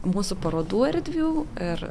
mūsų parodų erdvių ir